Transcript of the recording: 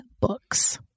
books